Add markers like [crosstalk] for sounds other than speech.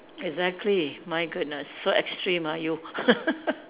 exactly my goodness so extreme ah you [laughs]